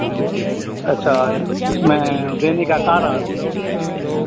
अच्छा ये उसमें देने का कारण